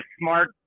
Smart